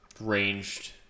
ranged